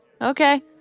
Okay